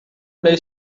play